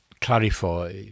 clarify